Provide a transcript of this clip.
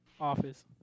office